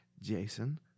jason